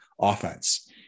offense